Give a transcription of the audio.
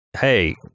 Hey